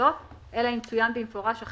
-- המקבלות מענה במסגרת החלטות ממשלה נפרדות,